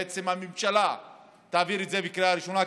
בעצם הממשלה תעביר את זה בקריאה ראשונה,